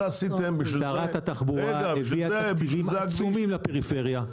שרת התחבורה הביאה תקציבים עצומים לפריפריה.